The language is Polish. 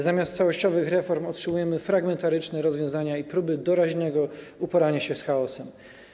Zamiast całościowych reform otrzymujemy fragmentaryczne rozwiązania i próby doraźnego uporania się z chaosem.